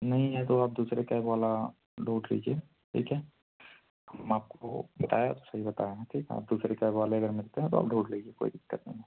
नहीं है तो आप दूसरे कैब वाला ढूँढ लीजिए ठीक है हम आपको बताया तो सही बताए हैं ठीक है आप दूसरे कैब वाले अगर मिलते हैं तो आप ढूँड़ लीजिए कोई दिक्कत नहीं है